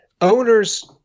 Owners